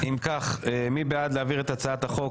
אם כך מי בעד להעביר את הצעת החוק